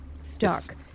stuck